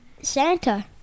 Santa